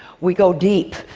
we go deep.